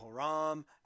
Haram